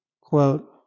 quote